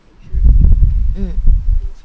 mm